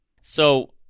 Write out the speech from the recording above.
So-